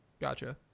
Gotcha